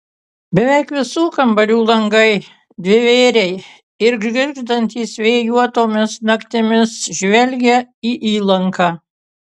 beveik visų kambarių langai dvivėriai ir girgždantys vėjuotomis naktimis žvelgia į įlanką